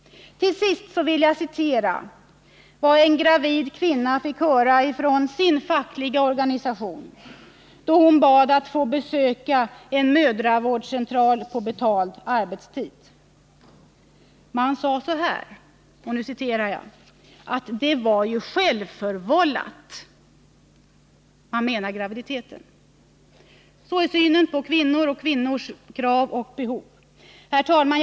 Till sist vill jag citera vad en gravid kvinna fick höra från sin fackliga organisation, när hon bad att få besöka en mödravårdscentral på betald arbetstid. Man sade till henne att det ju var ”självförvållat” — graviditeten alltså. Sådan är synen på kvinnorna och på kvinnornas krav och behov. Herr talman!